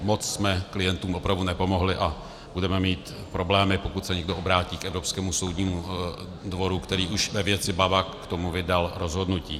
Moc jsme klientům opravdu nepomohli a budeme mít problémy, pokud se někdo obrátí k Evropskému soudnímu dvoru, který už ve věci Bawag k tomu vydal rozhodnutí.